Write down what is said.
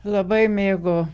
labai mėgo